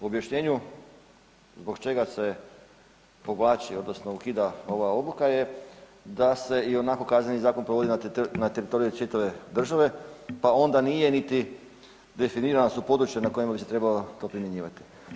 U objašnjenju zbog čega se povlači odnosno ukida ova odluka je da se ionako Kazneni zakon provodi na teritoriju čitave države pa onda nije niti definirana su područja na kojima bi se trebalo to primjenjivati?